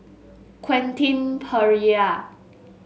Quentin Pereira